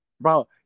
Bro